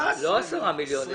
לא 10 מיליון.